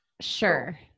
Sure